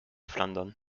flandern